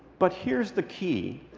but here's the key.